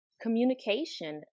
Communication